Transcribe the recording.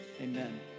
amen